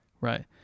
Right